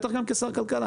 בטח כשר הכלכלה